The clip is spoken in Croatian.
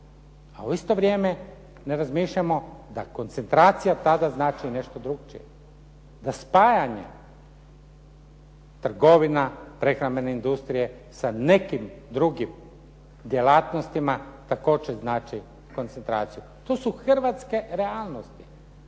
a u isto vrijeme ne razmišljamo da koncentracija pada znači i nešto drugačije. Za spajanje trgovina prehrambene industrije sa nekim drugim djelatnostima također znači koncentraciju. To su hrvatske realnosti